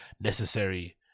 necessary